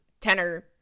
tenor